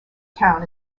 town